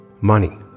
money